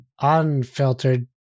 unfiltered